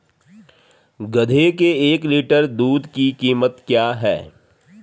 गधे के एक लीटर दूध की कीमत क्या है?